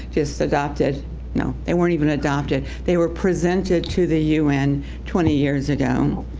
just adopted no, they weren't even adopted they were presented to the un twenty years ago.